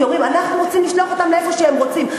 כי אומרים: אנחנו רוצים לשלוח אותם לאיפה שהם רוצים.